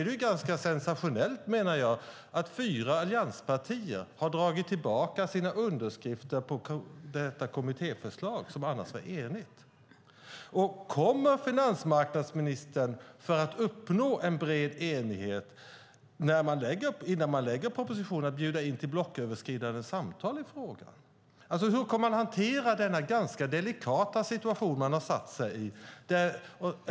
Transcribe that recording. Det är ganska sensationellt att fyra allianspartier har dragit tillbaka sina underskrifter på detta kommittéförslag som var enigt. Kommer finansmarknadsministern att, för att uppnå bred enighet, bjuda in till blocköverskridande samtal i frågan innan man lägger fram propositionen? Hur kommer man att hantera den ganska delikata situation som man har försatt sig i?